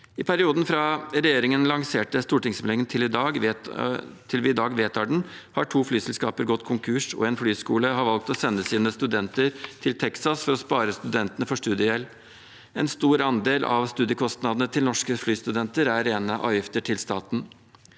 I perioden fra regjeringen lanserte stortingsmeldingen til vi i dag vedtar den, har to flyselskaper gått konkurs, og en flyskole har valgt å sende sine studenter til Texas for å spare studentene for studiegjeld. En stor andel av studiekostnadene til norske flystudenter er rene avgifter til staten.